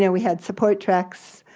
yeah we had support treks.